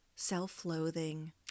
self-loathing